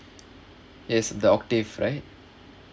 is the octave right